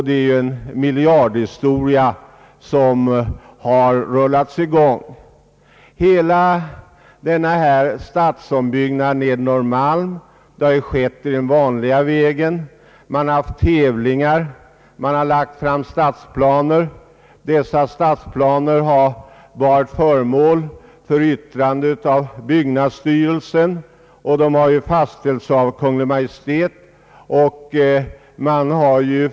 Det är en miljardaffär som har rullats i gång. Hela denna ombyggnad av Nedre Norrmalm har skett den vanliga vägen. Man har anordnat tävlingar. Man har lagt fram stadsplaneförslag. Dessa har varit föremål för yttrande av byggnadsstyrelsen och de har fastställts av Kungl. Maj:t.